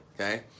Okay